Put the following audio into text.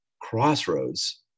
crossroads